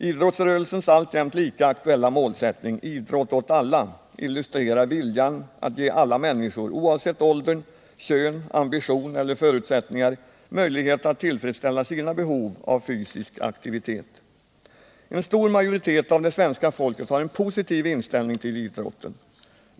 Idrottsrörelsens alltjämt lika aktuella målsättning, Idrott åt alla, illustrerar viljan att ge alla människor — oavsett ålder, kön, ambition och förutsättningar — möjlighet att tillfredsställa sina behov av fysisk aktivitet. En stor majoritet av det svenska folket har en positiv inställning till idrotten.